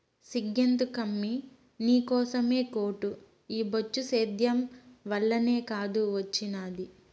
సిగ్గెందుకమ్మీ నీకోసమే కోటు ఈ బొచ్చు సేద్యం వల్లనే కాదూ ఒచ్చినాది